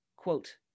Quote